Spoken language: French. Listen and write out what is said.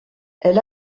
elle